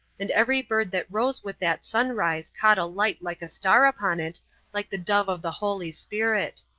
and every bird that rose with that sunrise caught a light like a star upon it like the dove of the holy spirit.